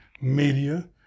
media